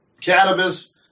cannabis